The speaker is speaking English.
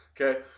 okay